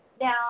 Now